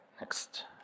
next